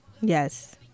yes